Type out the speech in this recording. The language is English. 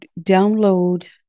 download